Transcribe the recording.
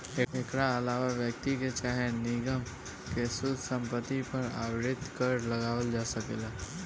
एकरा आलावा व्यक्ति के चाहे निगम के शुद्ध संपत्ति पर आवर्ती कर लगावल जा सकेला